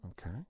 Okay